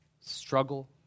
struggle